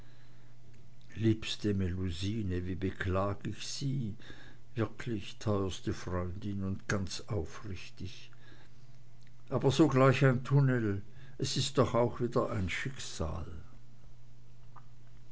liebste melusine wie beklag ich sie wirklich teuerste freundin und ganz aufrichtig aber so gleich ein tunnel es ist doch auch wie ein schicksal